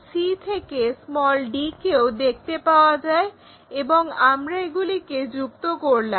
c থেকে d কেও দেখতে পাওয়া যায় এবং আমরা এগুলিকে যুক্ত করলাম